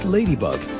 Ladybug